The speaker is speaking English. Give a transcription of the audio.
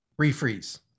refreeze